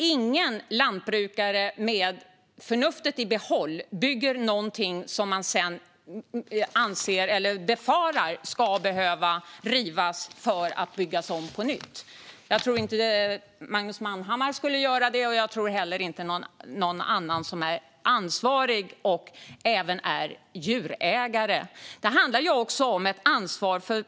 Ingen lantbrukare med förnuftet i behåll bygger något som man befarar ska behöva rivas för att byggas på nytt. Jag tror inte att Magnus Manhammar skulle göra det, och jag tror inte heller att någon annan som har ansvar och även är djurägare skulle göra det.